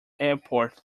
airport